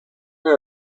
they